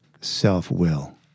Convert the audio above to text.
self-will